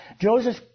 Joseph